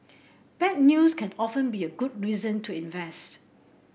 bad news can often be a good reason to invest